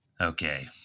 Okay